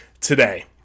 today